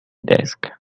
desk